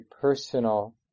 personal